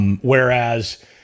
Whereas